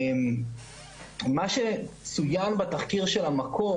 מה שצוין בתחקיר של 'המקור',